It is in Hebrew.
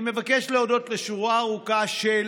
אני מבקש להודות לשורה ארוכה של